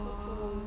!wah!